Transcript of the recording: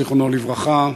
זיכרונו לברכה,